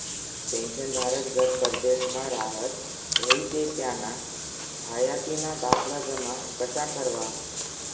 पेंशनधारक जर परदेसमा राहत व्हयी ते त्याना हायातीना दाखला जमा कशा करवा?